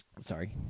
Sorry